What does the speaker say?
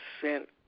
sent